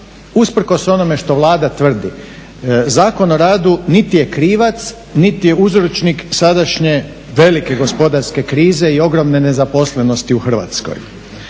usprkos onome što Vlada tvrdi Zakon o radu niti je krivac niti je uzročnik sadašnje velike gospodarske krize i ogromne nezaposlenosti u Hrvatskoj.